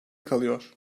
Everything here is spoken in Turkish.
kalıyor